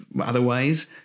otherwise